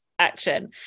action